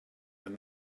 when